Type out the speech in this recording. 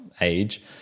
age